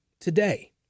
today